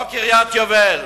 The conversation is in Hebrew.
לא קריית-יובל,